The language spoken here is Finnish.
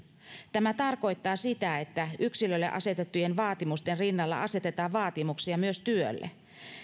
tämä tarkoittaa sitä että yksilölle asetettujen vaatimusten rinnalla asetetaan vaatimuksia myös työlle